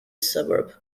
suburb